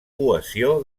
cohesió